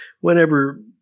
whenever